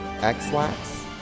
x-lax